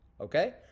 Okay